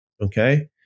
Okay